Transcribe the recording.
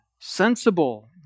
sensible